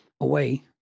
away